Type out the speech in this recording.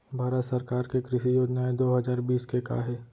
भारत सरकार के कृषि योजनाएं दो हजार बीस के का हे?